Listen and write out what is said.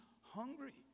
hungry